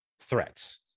threats